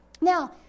now